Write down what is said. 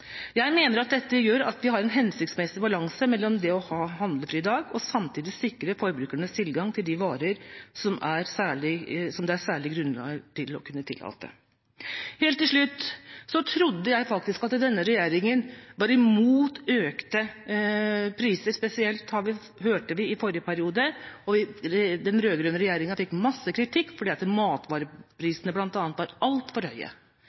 Jeg mener dette gjør at vi har en hensiktsmessig balanse mellom det å ha en handlefri dag og samtidig sikre forbrukernes tilgang til de varer som det er særlige grunner til å tillate. Helt til slutt: Jeg trodde faktisk at denne regjeringa var imot økte priser. Spesielt hørte vi det i forrige periode, og den rød-grønne regjeringa fikk masse kritikk fordi bl.a. matvareprisene var altfor høye.